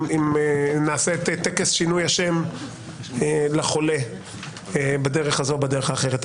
אם נעשה את טקס שינוי השם לחולה בדרך הזו או בדרך האחרת.